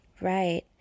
right